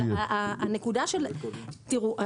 ראו,